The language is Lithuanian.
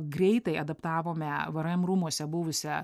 greitai adaptavome vrm rūmuose buvusią